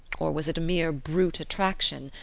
or was it a mere brute attraction,